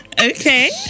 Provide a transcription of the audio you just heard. Okay